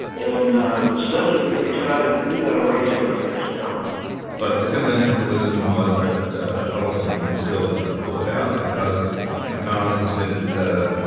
and suddenly, we get excited that we've got a race on our hands now but the conventional wisdom was that huddleston would still pull it out because mcconnell just didn't well,